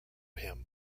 him